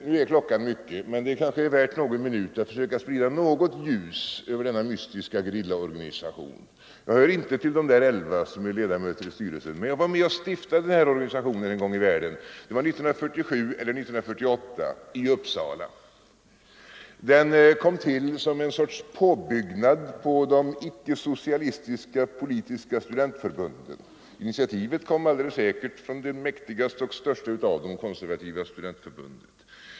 Nu är klockan mycket, men det kanske är värt någon minut att försöka sprida något ljus över denna mystiska gerillaorganisation. Jag hör inte till de elva som är ledamöter i styrelsen, men jag var med och stiftade den här organisationen en gång i världen — 1947 eller 1948 i Uppsala. Den kom till som en sorts påbyggnad på de icke-socialistiska politiska studentförbunden. Initiativet kom alldeles säkert från det mäktigaste och största av dem, Konservativa studentförbundet.